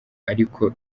ariko